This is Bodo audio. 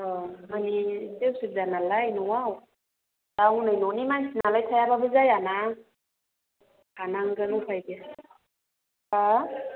औ मानि एसे असुबिदा नालाय न'आव गावनो न'नि मानसि नालाय थायाब्लाबो जाया ना थानांगोन उफाय गैया हा